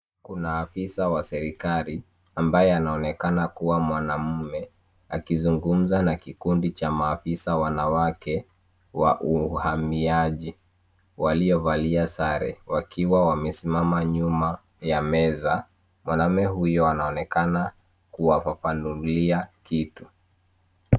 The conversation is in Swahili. Kuna afisa wa serikali ambaye anaonekana kuwa mwanaume, akizungumza na kikundi cha maafisa wanawake wa uhamiaji, waliovalia sare, wakiwa wamesimama nyuma ya meza. Mwanaume huyo anaonekana kuwafafanulia kitu.